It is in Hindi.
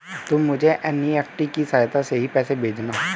तुम मुझको एन.ई.एफ.टी की सहायता से ही पैसे भेजना